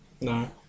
No